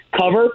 cover